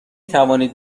توانید